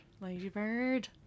Ladybird